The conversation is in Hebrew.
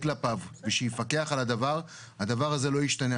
כלפיו ושיפקח על הדבר - הדבר הזה לא ישתנה.